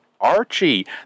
Archie